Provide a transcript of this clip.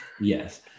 Yes